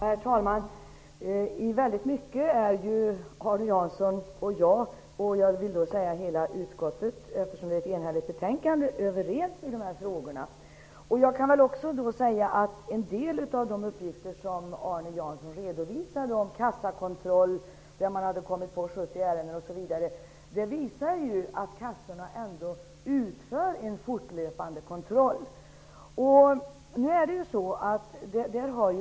Herr talman! I väldigt mycket är Arne Jansson och jag -- och jag vill säga hela utskottet, eftersom det är ett enhälligt betänkande -- överens i dessa frågor. Jag kan tillägga att en del av de uppgifter som Arne Jansson redovisade -- om kassakontroll där man hade kommit på 70 ärenden osv. -- visar att kassorna faktiskt utför en fortlöpande kontroll.